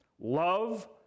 Love